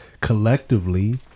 collectively